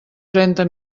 trenta